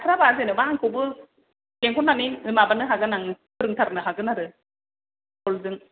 हाथाराबा जेनबा आंखौ लेंहरनानै माबानो हागोन आं फोरोंथारनो हागोन आरो कलजों